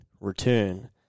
return